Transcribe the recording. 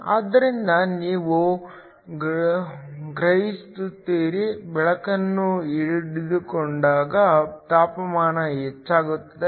ಆದ್ದರಿಂದ ನೀವು ಗ್ರಹಿಸುತ್ತೀರಿ ಬೆಳಕನ್ನು ಹೀರಿಕೊಂಡಾಗ ತಾಪಮಾನ ಹೆಚ್ಚಾಗುತ್ತದೆ